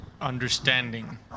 understanding